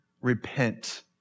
Repent